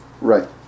right